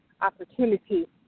opportunity